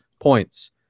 points